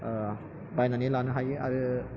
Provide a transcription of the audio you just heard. बायनानै लानो हायो आरो